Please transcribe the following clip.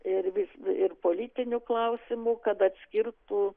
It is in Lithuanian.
ir vis ir politinių klausimų kad atskirtų